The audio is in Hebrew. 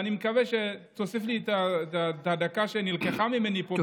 אני מקווה שתוסיף לי את הדקה שנלקחה ממני פה בשיתוף.